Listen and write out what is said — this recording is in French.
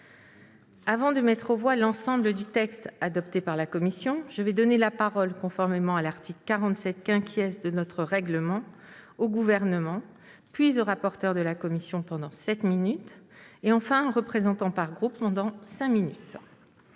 Avant de mettre aux voix l'ensemble du texte adopté par la commission, je vais donner la parole, conformément à l'article 47 de notre règlement, au Gouvernement, puis au rapporteur de la commission, pendant sept minutes, et, enfin, à un représentant par groupe pendant cinq minutes. La